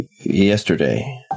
yesterday